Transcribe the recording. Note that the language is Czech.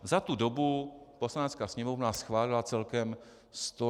Za tu dobu Poslanecká sněmovna schválila celkem 167 zákonů.